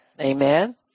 Amen